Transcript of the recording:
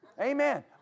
Amen